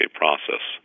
process